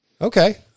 Okay